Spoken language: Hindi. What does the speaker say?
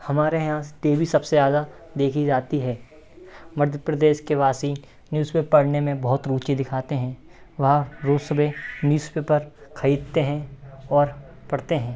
हमारे यहाँ टी वी सबसे ज़्यादा देखी जाती है मध्य प्रदेश के वासी न्यूजपेपर को पढ़ने में बहुत ऊंची दिखाते हैं वहाँ रोज सुबह न्यूजपेपर खरीदते हैं और पढ़ते हैं